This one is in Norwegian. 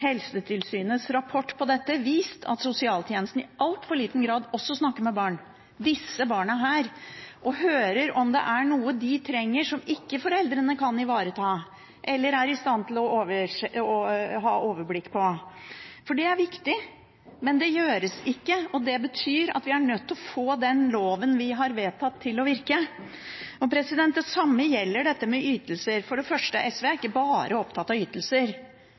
Helsetilsynets rapport om dette har vist – at sosialtjenesten i altfor liten grad snakker med barn, disse barna, og hører om det er noe de trenger, som foreldrene ikke kan ivareta, eller er i stand til å ha overblikk over. For det er viktig, men det gjøres ikke, og det betyr at vi er nødt til å få den loven vi har vedtatt, til å virke. Det samme gjelder dette med ytelser. For det første: SV er ikke bare opptatt av ytelser.